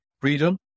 freedom